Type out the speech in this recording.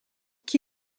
qui